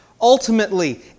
ultimately